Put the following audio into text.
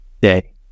day